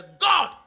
God